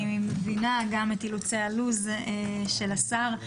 אני מבינה גם את אילוצי הלוז של השר.